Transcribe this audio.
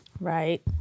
Right